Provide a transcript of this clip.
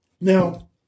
Now